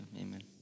Amen